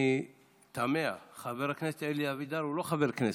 אני תמה, חבר הכנסת אלי אבידר, הוא לא חבר כנסת,